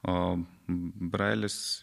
o brailis